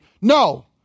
No